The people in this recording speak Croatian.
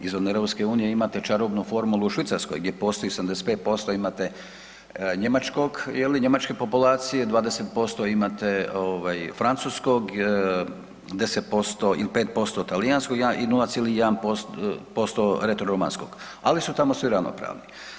Izvan Europske unije imate čarobnu formulu u Švicarskoj gdje postoji 75% imate njemačkog, njemačke populacije, 20% imate francuskog 10% ili 5% talijanskog i 0,1% retromanskog, ali su tamo svi ravnopravni.